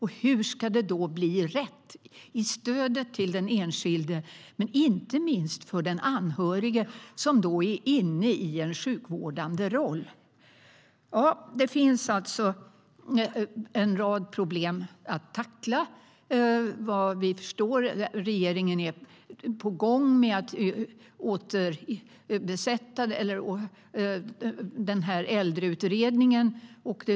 Hur ska det då bli rätt i stödet till den enskilde och inte minst för den anhörige, som då är inne i en sjukvårdande roll? Det finns alltså en rad problem att tackla, vad vi förstår. Regeringen är på gång med att återbesätta Äldreutredningen.